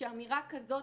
שאמירה כזאת,